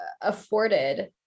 afforded